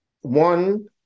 one